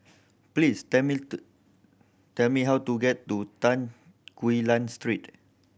please tell me to tell me how to get to Tan Quee Lan Street